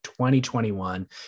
2021